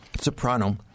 soprano